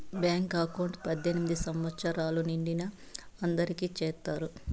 bank account పద్దెనిమిది సంవచ్చరాలు నిండిన అందరికి చేత్తారు